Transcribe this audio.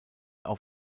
auf